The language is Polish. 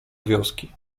wioski